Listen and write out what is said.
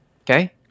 Okay